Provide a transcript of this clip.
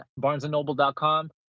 barnesandnoble.com